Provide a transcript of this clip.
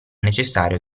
necessario